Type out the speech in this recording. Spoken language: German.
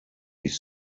ich